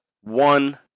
one